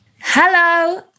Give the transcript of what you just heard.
Hello